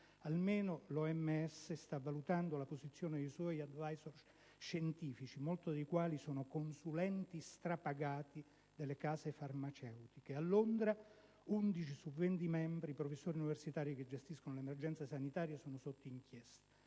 Almeno l'OMS sta valutando la posizione dei suoi *advisors* scientifici, molti dei quali sono consulenti strapagati delle case farmaceutiche: a Londra 11 dei 20 membri (professori universitari) che gestiscono l'emergenza sanitaria sono sotto inchiesta.